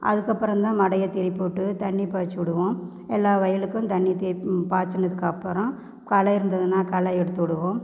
அதுக்கு அப்புறந்தான் மடைய திருப்பிவிட்டு தண்ணி பாய்ச்சி விடுவோம் எல்லா வயலுக்கும் தண்ணி தேக்கம் பாய்ச்சினத்துக்கு அப்புறம் களை இருந்ததுன்னா களை எடுத்து விடுவோம்